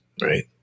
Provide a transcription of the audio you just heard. right